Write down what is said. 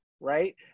right